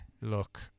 Look